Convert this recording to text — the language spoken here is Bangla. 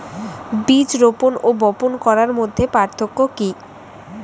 বীজ রোপন ও বপন করার মধ্যে পার্থক্য কি?